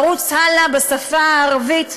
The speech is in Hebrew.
ערוץ הלא בשפה הערבית,